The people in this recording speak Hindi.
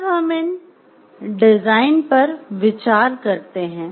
अब हम इन डिजाइन पर विचार करते हैं